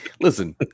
Listen